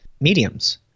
mediums